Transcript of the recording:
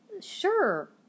sure